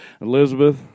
Elizabeth